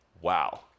Wow